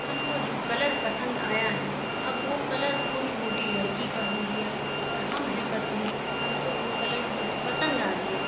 ہم کو جو کلر پسند آیا ہے اب وہ کلر تھوڑی موٹی لڑکی کا ہو گیا اور ہم ہیں پتلی ہم کو وہ کلڑ پسند آ گیا